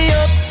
up